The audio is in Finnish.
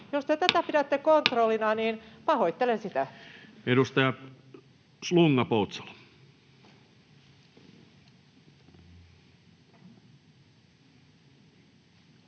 Jos te tätä pidätte kontrollina, niin pahoittelen sitä. [Speech 10]